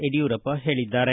ಯಡಿಯೂರಪ್ಪ ಹೇಳಿದ್ದಾರೆ